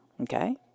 okay